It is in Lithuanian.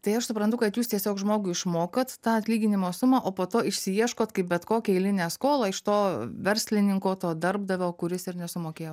tai aš suprantu kad jūs tiesiog žmogui išmokat tą atlyginimo sumą o po to išsiieškot kaip bet kokią eilinę skolą iš to verslininko to darbdavio kuris ir nesumokėjo